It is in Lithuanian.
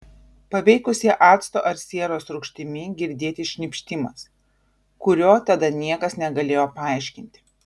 paveikus ją acto ar sieros rūgštimi girdėti šnypštimas kurio tada niekas negalėjo paaiškinti